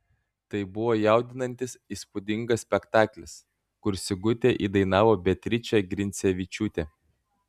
tai buvo jaudinantis įspūdingas spektaklis kur sigutę įdainavo beatričė grincevičiūtė